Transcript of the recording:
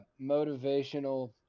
motivational